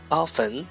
often